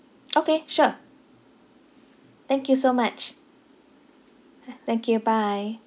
okay sure thank you so much thank you bye